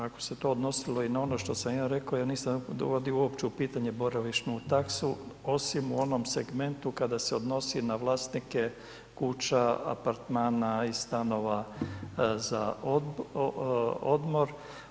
Ako se je to odnosilo i na ono što sam ja rekao ja nisam uopće dovodio u pitanje boravišnu taksu, osim u onom segmentu, kada se odnosi na vlasnike kuća, apartmana i stanova za odmor.